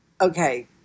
okay